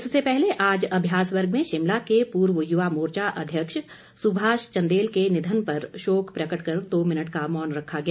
इससे पहले आज अभ्यास वर्ग में शिमला के पूर्व युवा मोर्चा अध्यक्ष सुभाष चंदेल के निधन पर शोक प्रकट कर दो मिनट का मौन रखा गया